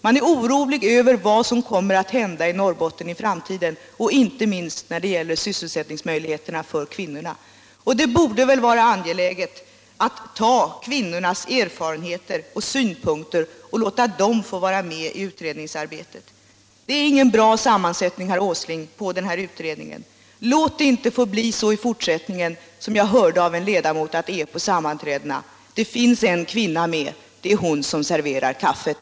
Man är orolig över vad som kommer att hända i Norrbotten i framtiden, inte minst när det gäller sysselsättningsmöjligheterna för kvinnorna. Det borde väl vara angeläget att ta vara på kvinnornas erfarenheter och synpunkter och låta dem komma fram i utredningsarbetet. Det är ingen bra sammansättning på Norrbottendelegationen, herr Åsling. Låt det inte bli så i fortsättningen på sammanträdena som jag hört en ledamot säga: Det finns en kvinna med — det är hon som serverar kaffet.